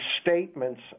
statements